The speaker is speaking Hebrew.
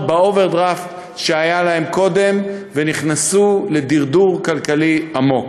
באוברדרפט שהיה להן קודם ונכנסו לדרדור כלכלי עמוק.